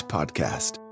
Podcast